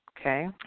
Okay